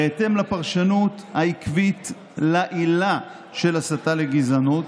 בהתאם לפרשנות העקבית לעילה של הסתה לגזענות,